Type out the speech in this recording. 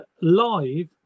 live